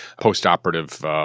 post-operative